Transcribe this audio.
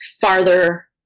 farther